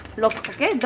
look, okay,